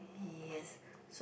yes so